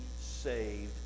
saved